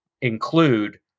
include